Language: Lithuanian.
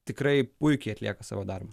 tikrai puikiai atlieka savo darbą